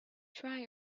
try